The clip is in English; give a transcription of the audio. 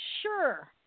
sure